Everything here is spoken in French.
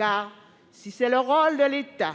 En effet, si le rôle de l'État